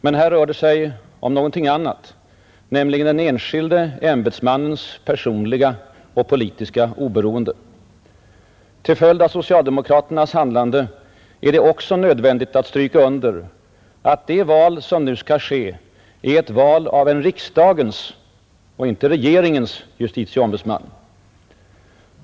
Men här rör det sig om någonting annat, nämligen den enskilde ämbetsmannens personliga och politiska oberoende. Till följd av socialdemokraternas handlande är det också nödvändigt att stryka under att det val som nu skall ske är ett val av en riksdagens och inte regeringens justitieombudsman.